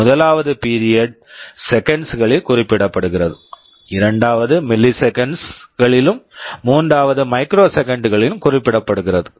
முதலாவது period period seconds seconds களில் குறிப்பிடப்படுகிறது இரண்டாவது மில்லிசெகண்ட்ஸ் milliseconds களிலும் மூன்றாவது மைக்ரோசெகண்ட்ஸ் microseconds ளிலும் குறிப்பிடப்படுகிறது